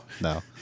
no